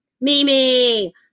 Mimi